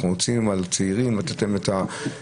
אנחנו רוצים על צעירים, לתת להם את האפשרות.